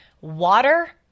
Water